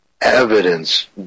evidence